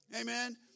Amen